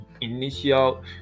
initial